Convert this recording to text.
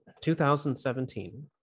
2017